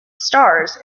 stars